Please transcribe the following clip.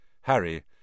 Harry